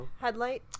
Headlight